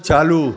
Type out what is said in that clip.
चालू